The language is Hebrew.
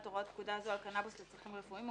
הוראות פקודה זו על קנבוס לצרכים רפואיים,